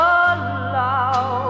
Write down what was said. allow